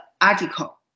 article